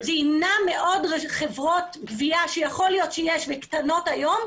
זה ימנע מעוד חברות גבייה שיכול להיות שיש וקטנות היום.